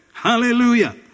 Hallelujah